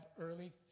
early